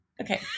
Okay